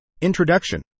Introduction